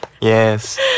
Yes